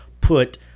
put